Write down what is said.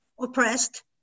oppressed